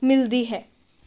ਮਿਲਦੀ ਹੈ